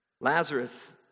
Lazarus